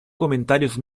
comentarios